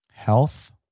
Health